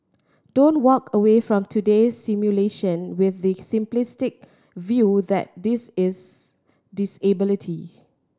don't walk away from today's simulation with the simplistic view that this is disability